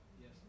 Yes